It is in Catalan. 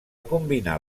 combinar